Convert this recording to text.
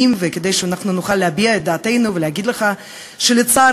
כדי שנוכל להביע את דעתנו ולהגיד לך שלצערנו,